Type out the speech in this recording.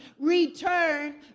return